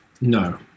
no